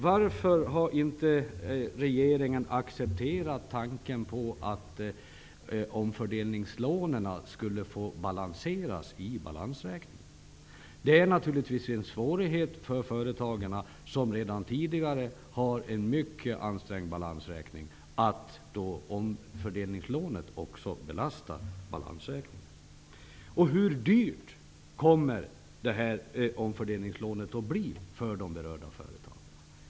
Varför har regeringen inte accepterat tanken på att omfördelningslånen skulle få balanseras i balansräkningen? Det är naturligtvis en svårighet för företagen, som redan tidigare har en mycket ansträngd balansräkning, att omfördelningslånet också belastar balansräkningen. Hur dyrt kommer omfördelningslånet att bli för de berörda företagen?